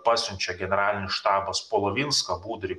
pasiunčiau generalinis štabas polovinską budrį